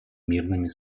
мирными